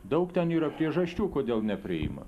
daug ten yra priežasčių kodėl nepriima